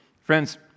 Friends